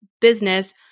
business